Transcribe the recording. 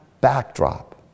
backdrop